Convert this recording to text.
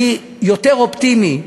אני יותר אופטימי.